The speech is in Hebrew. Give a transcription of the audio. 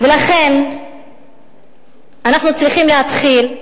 ולכן אנחנו צריכים להתחיל,